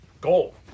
goal